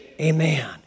Amen